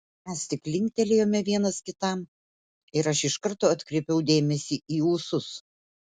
mes tik linktelėjome vienas kitam ir aš iš karto atkreipiau dėmesį į ūsus